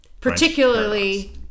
Particularly